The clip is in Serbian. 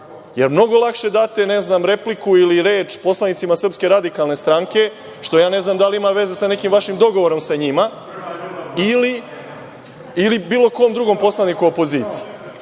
jer mnogo lakše date repliku ili reč poslanicima SRS, što ne znam da li ima veze sa nekim vašim dogovorom sa njima, ili bilo kom drugom poslaniku opozicije.